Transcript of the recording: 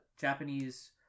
Japanese